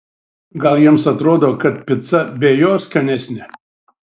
gal jiems atrodo kad pica be jo skanesnė